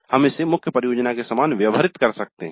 हम इसे मुख्य परियोजना के समान व्यवहृत कर सकते हैं